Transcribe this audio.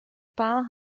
paar